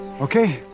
okay